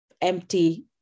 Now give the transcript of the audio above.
empty